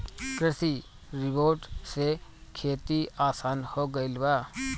कृषि रोबोट से खेती आसान हो गइल बा